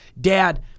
dad